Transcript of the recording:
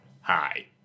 Hi